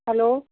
hello